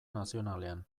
nazionalean